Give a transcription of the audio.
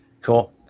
Cool